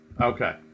Okay